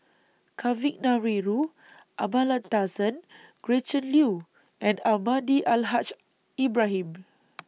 Kavignareru Amallathasan Gretchen Liu and Almahdi Al Haj Ibrahim